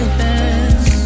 hands